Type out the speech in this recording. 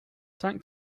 tank